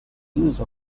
use